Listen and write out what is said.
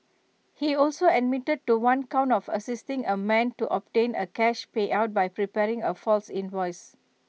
he also admitted to one count of assisting A man to obtain A cash payout by preparing A false invoice